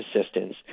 assistance